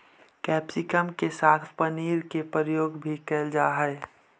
capsicum के साथ पनीर के प्रयोग भी कैल जा हइ